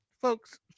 folks